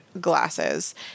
glasses